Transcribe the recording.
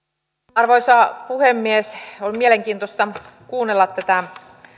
arvoisa puhemies on mielenkiintoista kuunnella tätä